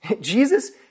Jesus